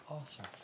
awesome